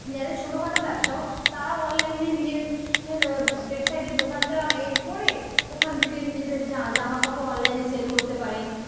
যাদের ছোটো খাটো ব্যবসাও তারাও অনলাইনে নিজের ওয়েবসাইটের দোকানটা এ করে ওখান থেকে নিজেদের জা জামা কাপড় অনলাইনে সেল করতে পারেন